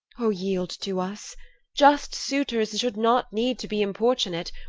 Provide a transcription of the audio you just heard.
o yield to us just suitors should not need to be importunate,